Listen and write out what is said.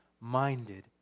minded